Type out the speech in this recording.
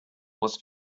was